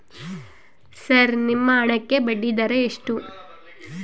Sir ನಿಮ್ಮ ಹಣಕ್ಕೆ ಬಡ್ಡಿದರ ಎಷ್ಟು?